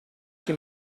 che